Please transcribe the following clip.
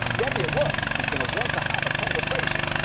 debbie at work, is gonna want to have a conversation.